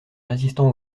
résistant